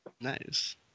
Nice